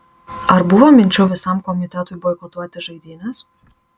ar buvo minčių visam komitetui boikotuoti žaidynes